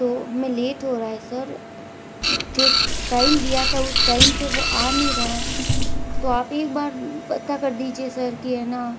तो हमें लेट हो रहा है सर जो टाइम दिया था उस टाइम पर वो आ नहीं रहा है तो आप एक बार पता कर दीजिए सर कि है ना